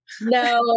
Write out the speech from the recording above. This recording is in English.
No